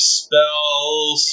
spells